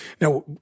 Now